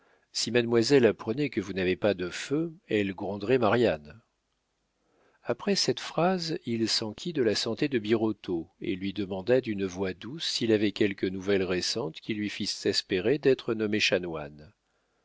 si mademoiselle apprenait que vous n'avez pas de feu elle gronderait marianne après cette phrase il s'enquit de la santé de birotteau et lui demanda d'une voix douce s'il avait quelques nouvelles récentes qui lui fissent espérer d'être nommé